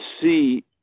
see